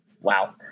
wow